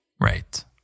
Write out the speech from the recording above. right